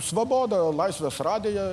svaboda laisvės radiją